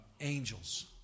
angels